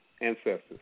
ancestors